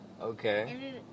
Okay